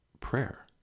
prayer